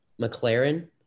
McLaren